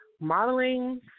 modeling